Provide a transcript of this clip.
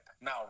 Now